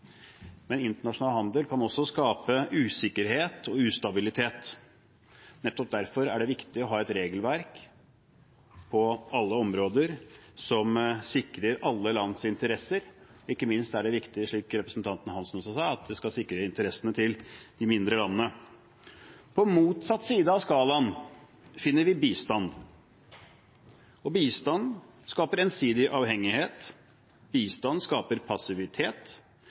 Men internasjonal handel kan også skape usikkerhet og ustabilitet. Nettopp derfor er det viktig å ha et regelverk på alle områder, som sikrer alle lands interesser. Ikke minst er det viktig – som representanten Hansen også sa – at det skal sikre interessene til de mindre landene. På motsatt side av skalaen finner vi bistand: Bistand skaper ensidig avhengighet. Bistand skaper passivitet.